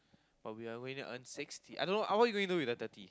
but we are going to earn sixty I don't know uh what are you going to do with the thirty